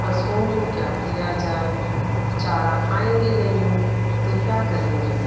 पशुओं को क्या किया जाए चारा खाएंगे नहीं तो क्या करेंगे